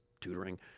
tutoring